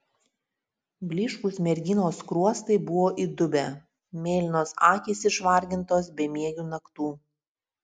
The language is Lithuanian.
blyškūs merginos skruostai buvo įdubę mėlynos akys išvargintos bemiegių naktų